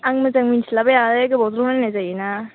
आं मोजाङै मिथिलाबायाहाय गोबावजों नायनाय जायोना